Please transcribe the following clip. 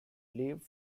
lived